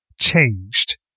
changed